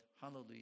hallelujah